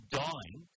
dying